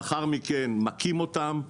לאחר מכן, מכים אותם.